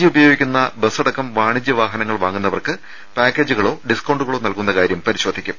G ഉപയോഗിക്കുന്ന ബസ ടക്കം വാണിജൃ വാഹനങ്ങൾ വാങ്ങുന്നവർക്ക് പാക്കേജുകളോ ഡിസ്കൌണ്ടുകളോ നൽകുന്നകാരൃം പരിശോധിക്കും